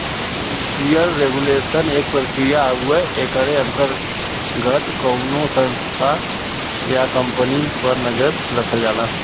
financial regulation एक प्रक्रिया हउवे एकरे अंतर्गत कउनो संस्था या कम्पनी पर नजर रखल जाला